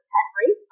Henry